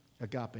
Agape